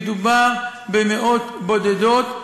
מדובר במאות בודדות,